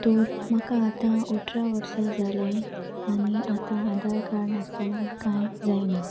तर म्हाका आतां अठरा वर्सां जालें आनी आतां आधार कार्ड नासतना कांय जायना